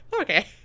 okay